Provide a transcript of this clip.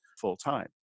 full-time